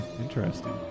Interesting